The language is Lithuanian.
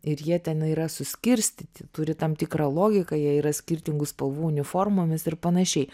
ir jie tenai yra suskirstyti turi tam tikrą logiką jie yra skirtingų spalvų uniformomis ir panašiai